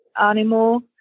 Animal